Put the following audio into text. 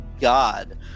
god